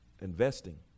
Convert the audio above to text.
investing